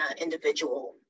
individual